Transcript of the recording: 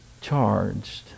charged